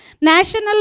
National